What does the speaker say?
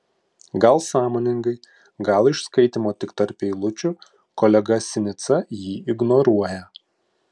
gal sąmoningai gal iš skaitymo tik tarp eilučių kolega sinica jį ignoruoja